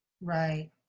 Right